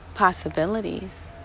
possibilities